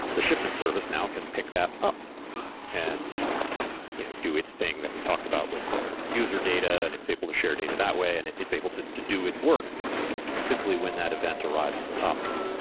the shipment service now can pick that up and you know do its thing that we talked about with the the user data and it's able to share data that way and it it's able to to do its work simply when that event arrives in the topic.